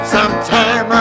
Sometime